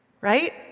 Right